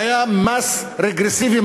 שהיה מס רגרסיבי,